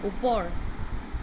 ওপৰ